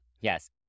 Yes